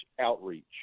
outreach